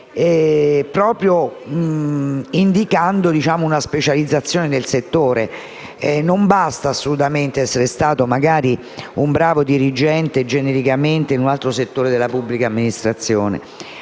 indicando una specializzazione del settore: non basta essere stato un bravo dirigente genericamente, in un altro settore della pubblica amministrazione.